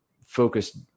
focused